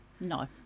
No